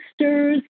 sisters